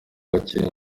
gakenke